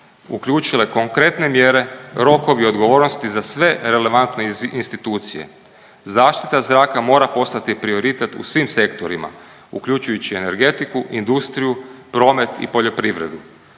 uključile konkretne mjere, rokovi odgovornosti za sve relevantne institucije. Zaštita zraka mora postati prioritet u svim sektorima uključujući energetiku, industriju, promet i poljoprivredu.